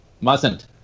Mustn't